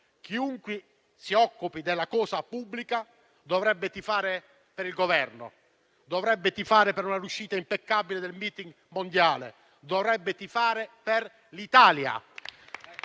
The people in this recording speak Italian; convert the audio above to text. Chiunque si occupi della cosa pubblica dovrebbe tifare per il Governo; dovrebbe tifare per una riuscita impeccabile del *meeting* mondiale; dovrebbe tifare per l'Italia.